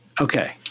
Okay